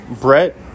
Brett